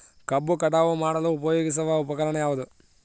ಕಬ್ಬು ಕಟಾವು ಮಾಡಲು ಉಪಯೋಗಿಸುವ ಉಪಕರಣ ಯಾವುದು?